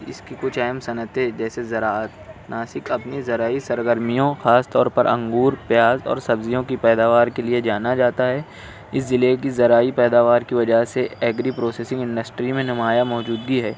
اس کی کچھ اہم صنعتیں جیسے زراعت ناسک اپنی رزعی سرگرمیوں خاص طور پر انگور پیاز اور سبزیوں کی پیداوار کے لئے جانا جاتا ہے اس ضلع کی زراعی پیداوار کی وجہ سے ایگری پروسیسنگ انڈسٹری میں نمایاں موجودگی ہے